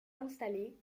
installer